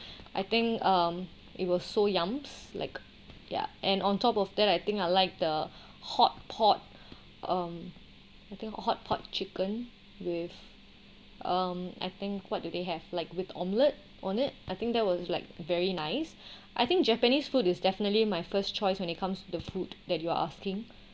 I think um it will so yums like ya and on top of that I think I like the hotpot um I think hotpot chicken with um I think what do they have like with omelette I think that was like very nice I think japanese food is definitely my first choice when it comes to the food that you are uh think